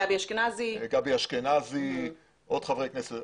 גבי אשכנזי ועוד חברי כנסת.